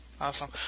Awesome